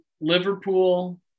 Liverpool